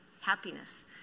happiness